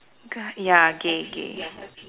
ya gay gay